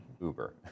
Uber